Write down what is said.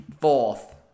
Fourth